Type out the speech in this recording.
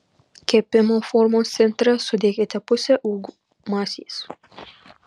kepimo formos centre sudėkite pusę uogų masės